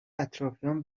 اطرافیام